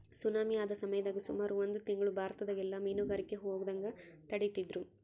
tsunami ಆದ ಸಮಯದಾಗ ಸುಮಾರು ಒಂದು ತಿಂಗ್ಳು ಭಾರತದಗೆಲ್ಲ ಮೀನುಗಾರಿಕೆಗೆ ಹೋಗದಂಗ ತಡೆದಿದ್ರು